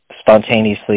spontaneously